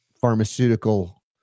pharmaceutical